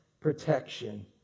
Protection